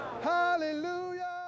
Hallelujah